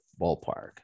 ballpark